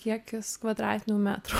kiekis kvadratinių metrų